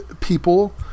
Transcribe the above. people